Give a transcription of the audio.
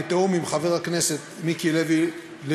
בתיאום עם חבר הכנסת מיקי לוי,